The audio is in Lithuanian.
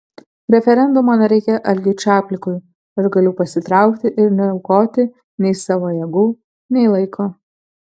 referendumo nereikia algiui čaplikui aš galiu pasitraukti ir neaukoti nei savo jėgų nei laiko